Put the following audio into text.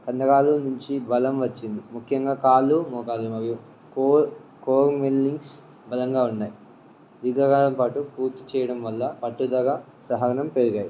కండరాలు నుంచి బలం వచ్చింది ముఖ్యంగా కాళ్లు మోకాళ్లు మరియు కో కో మిల్లింగ్స్ బలంగా ఉన్నాయి దీర్ఘకాలం పాటు పూర్తి చేయడం వల్ల పట్టుదల సహనం పెరిగాయి